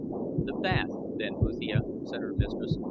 the bath, then, uthia, said her mistress.